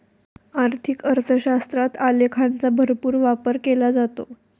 आर्थिक अर्थशास्त्रात आलेखांचा भरपूर वापर केला जातो